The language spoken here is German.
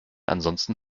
ansonsten